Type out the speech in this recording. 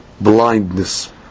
blindness